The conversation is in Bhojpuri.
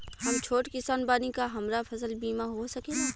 हम छोट किसान बानी का हमरा फसल बीमा हो सकेला?